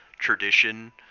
tradition